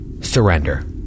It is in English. Surrender